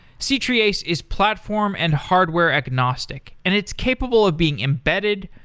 c-treeace is platform and hardware-agnostic and it's capable of being embedded,